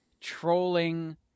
trolling